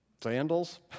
sandals